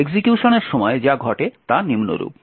এক্সিকিউশনের সময় যা ঘটে তা নিম্নরূপ